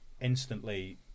instantly